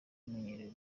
bumenyerewe